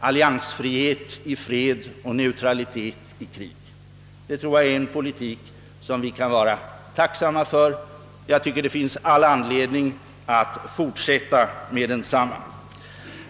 alliansfrihet i fred — och neutralitet i krig — en politik som jag har understött i alla år. Jag tror att detta är en politik som vi bör vara tacksamma för, och jag tycker det finns all anledning att fortsätta med den.